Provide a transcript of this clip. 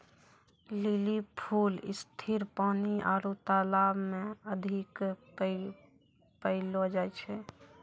lily फूल स्थिर पानी आरु तालाब मे अधिक पैलो जाय छै